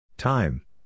Time